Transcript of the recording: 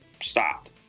stopped